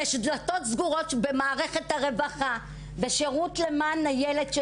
יש דלתות סגורות במערכת הרווחה ובשירות למען הילד.